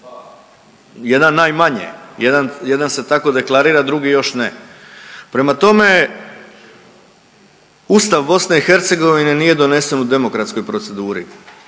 jedan najmanje, jedan se tako deklarira, a drugi još ne, prema tome, Ustav BiH nije donesen u demokratskoj proceduri,